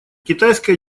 китайская